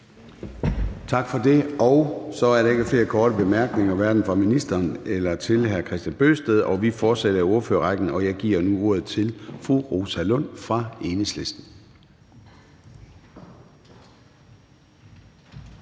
Tak for det. Der er ikke flere korte bemærkningen fra hverken ministeren eller til hr. Kristian Bøgsted. Vi fortsætter i ordførerrækken, og jeg giver nu ordet til fru Rosa Lund fra Enhedslisten. Kl.